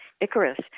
Icarus